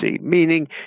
meaning